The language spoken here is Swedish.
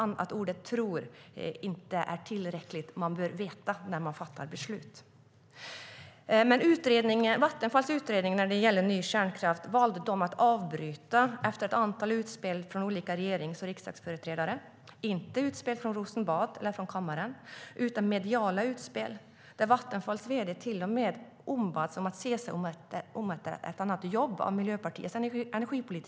Att han "inte tror" är inte tillräckligt. Man bör vetaVattenfall valde att avbryta sin utredning om ny kärnkraft efter ett antal utspel från olika regerings och riksdagsföreträdare. Men det var inte utspel från Rosenbad eller kammaren, utan mediala utspel. Vattenfalls vd ombads till och med av Miljöpartiets energipolitiska talesperson att se sig om efter ett annat jobb.